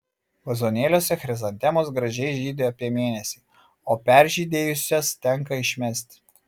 vazonėliuose chrizantemos gražiai žydi apie mėnesį o peržydėjusias tenka išmesti